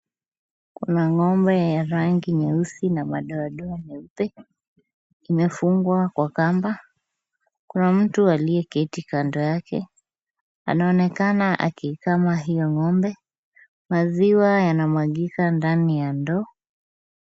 Kuna ng'ombe ya rangi nyeusi na madoa doa meupe. Imefungwa kwa kamba. Kuna mtu aliyeketi kando yake, anaonekana akikama hiyo ng'ombe. Maziwa yanamwagika ndani ya ndoo.